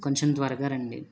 కొంచెం త్వరగా రండి